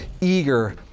eager